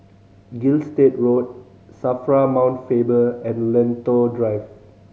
Gilstead Road SAFRA Mount Faber and Lentor Drive